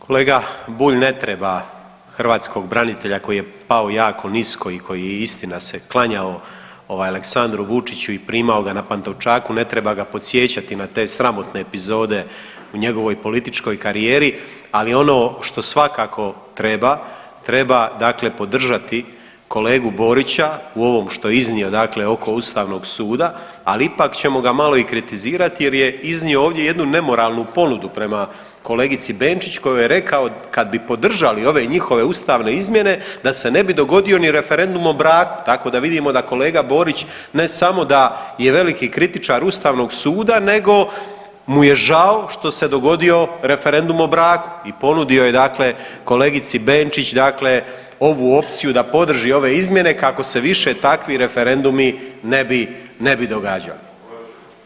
Kolega Bulj ne treba hrvatskog branitelja koji je pao jako nisko i koji je istina se klanjao ovaj Aleksandru Vučiću i primao ga na Pantovčaku, ne treba ga podsjećati na te sramotne epizode u njegovoj političkoj karijeri, ali ono što svakako treba, treba dakle podržati kolegu Borića u ovom što je iznio dakle oko Ustavnog suda, ali ipak ćemo ga i malo kritizirati jer je iznio ovdje jednu nemoralnu ponudu prema kolegici Benčić kojoj je rekao kad bi podržali ove njihove ustavne izmjene da se ne bi dogodio ni referendum o braku, tako da vidimo da kolega Borić ne samo da je veliki kritičar Ustavnog suda, nego mu je žao što se dogodio referendum o braku i ponudio je dakle kolegici Benčić dakle ovu opciju da podrži ove izmjene kako se više takvi referendumi ne bi, ne bi događali.